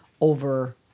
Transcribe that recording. over